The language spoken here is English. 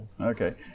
Okay